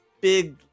big